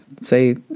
say